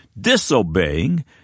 disobeying